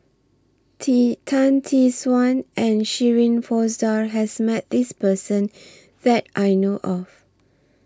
Tee Tan Tee Suan and Shirin Fozdar has Met This Person that I know of